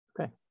Okay